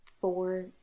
four